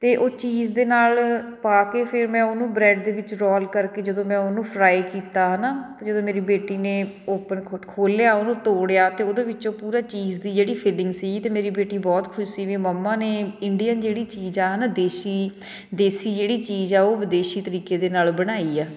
ਅਤੇ ਉਹ ਚੀਜ਼ ਦੇ ਨਾਲ ਪਾ ਕੇ ਫਿਰ ਮੈਂ ਉਹਨੂੰ ਬ੍ਰੈਡ ਦੇ ਵਿੱਚ ਰੋਲ ਕਰਕੇ ਜਦੋਂ ਮੈਂ ਉਹਨੂੰ ਫਰਾਈ ਕੀਤਾ ਹੈ ਨਾ ਅਤੇ ਜਦੋਂ ਮੇਰੀ ਬੇਟੀ ਨੇ ਓਪਨ ਖੋ ਖੋਲ੍ਹਿਆ ਉਹਨੂੰ ਤੋੜਿਆ ਅਤੇ ਉਹਦੇ ਵਿੱਚੋਂ ਪੂਰਾ ਚੀਜ਼ ਦੀ ਜਿਹੜੀ ਫੀਲਿੰਗ ਸੀ ਤਾਂ ਮੇਰੀ ਬੇਟੀ ਬਹੁਤ ਖੁਸ਼ ਸੀ ਵੀ ਮੰਮਾ ਨੇ ਇੰਡੀਅਨ ਜਿਹੜੀ ਚੀਜ਼ ਆ ਹੈ ਨਾ ਦੇਸ਼ੀ ਦੇਸੀ ਜਿਹੜੀ ਚੀਜ਼ ਆ ਉਹ ਵਿਦੇਸ਼ੀ ਤਰੀਕੇ ਦੇ ਨਾਲ ਬਣਾਈ ਹਾਂ